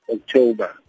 October